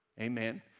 amen